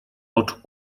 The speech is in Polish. oczu